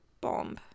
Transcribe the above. bomb